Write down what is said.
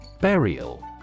Burial